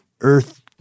earth